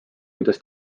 kuidas